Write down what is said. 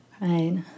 right